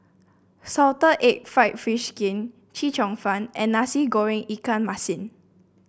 Salted Egg fried fish skin Chee Cheong Fun and Nasi Goreng Ikan Masin